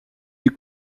des